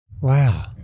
Wow